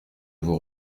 vous